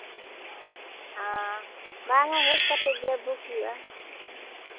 ᱵᱟᱝᱟ ᱦᱮᱡ ᱠᱟᱛᱮᱫ ᱜᱮ ᱵᱩᱠ ᱦᱩᱭᱩᱜᱼᱟ